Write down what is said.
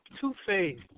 two-phase